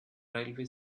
railway